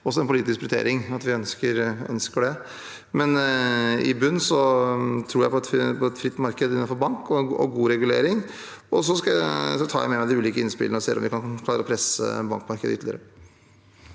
er en politisk prioritering at vi ønsker det, men i bunnen tror jeg på et fritt marked innenfor bank og god regulering, og så tar jeg med meg de ulike innspillene for å se om vi klarer å presse bankmarkedet ytterligere.